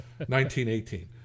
1918